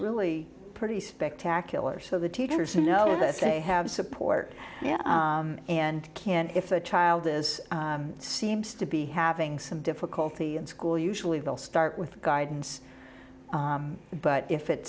really pretty spectacular so the teachers know that they have support and can if the child is seems to be having some difficulty in school usually they'll start with guidance but if it